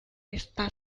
está